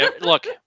Look